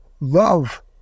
Love